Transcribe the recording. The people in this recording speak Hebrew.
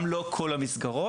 גם לא כל המסגרות,